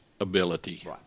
ability